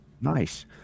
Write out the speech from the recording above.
nice